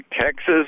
Texas